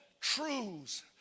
truths